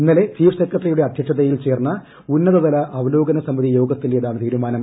ഇന്നലെ ചീഫ് സ്രെകട്ടറിയുടെ അധ്യക്ഷതയിൽ ചേർന്ന ഉന്നതതല അവലോകന സമിതി യോഗത്തിന്റേതാണ് തീരുമാനം